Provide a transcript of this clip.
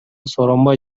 сооронбай